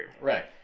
right